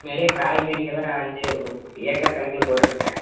நிறையா காய்கறிங்கலாம் அஞ்சு ஏக்கர் கணக்கில் போட்டுருக்கேன்